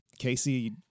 Casey